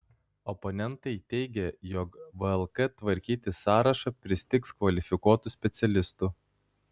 oponentai teigia jog vlk tvarkyti sąrašą pristigs kvalifikuotų specialistų